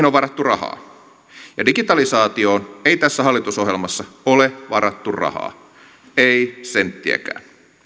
on varattu rahaa ja digitalisaatioon ei tässä hallitusohjelmassa ole varattu rahaa ei senttiäkään